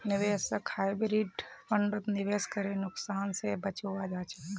निवेशक हाइब्रिड फण्डत निवेश करे नुकसान से बचवा चाहछे